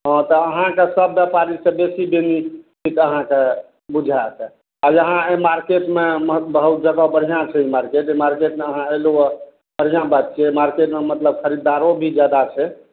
हँ तऽ अहाँके सब व्यापारीसँ बेसी बेनिफिट अहाँके बुझाइत आओर यहाँ अइ मार्केटमे बहुत जगह बढ़िआँ छै मार्केट अइ मार्केटमे अहाँ अयलहुँ यऽ बढ़िआँ बात छियै मार्केटमे मतलब खरीदारो भी जादा छै